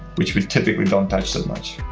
which we typically don't touch so much